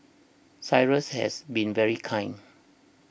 Cyrus has been very kind